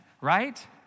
right